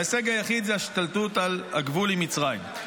ההישג היחיד הוא ההשתלטות על הגבול עם מצרים,